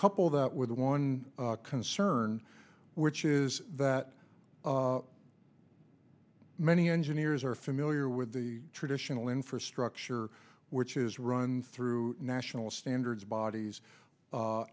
couple that with one concern which is that many engineers are familiar with the traditional infrastructure where is run through national standards bodies